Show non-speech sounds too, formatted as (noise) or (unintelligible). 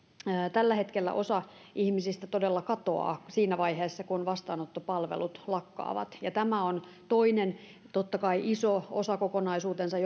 tällä hetkellä osa ihmisistä todella katoaa siinä vaiheessa kun vastaanottopalvelut lakkaavat ja tämä on totta kai toinen iso osakokonaisuutensa (unintelligible)